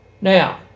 Now